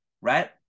right